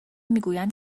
میگویند